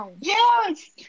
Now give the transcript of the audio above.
Yes